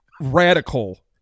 radical